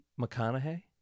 McConaughey